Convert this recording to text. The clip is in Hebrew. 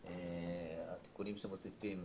והתיקונים שמוסיפים,